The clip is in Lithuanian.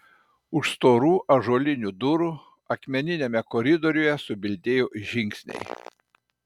už storų ąžuolinių durų akmeniniame koridoriuje subildėjo žingsniai